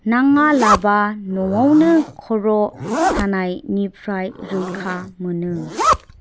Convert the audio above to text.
नाङा लाबा न'वावनो खर' सानायनिफ्राय रैखा मोनो